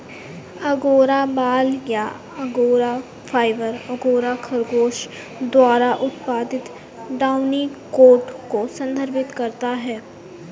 angora बाल या angora fibre, angora खरगोश द्वारा उत्पादित डाउनी कोट को संदर्भित करता है